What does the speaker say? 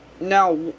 Now